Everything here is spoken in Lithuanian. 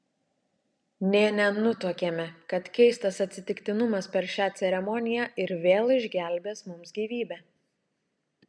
nė nenutuokėme kad keistas atsitiktinumas per šią ceremoniją ir vėl išgelbės mums gyvybę